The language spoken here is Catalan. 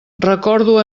recordo